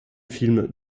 film